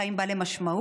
חיים בעלי משמעות,